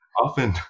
often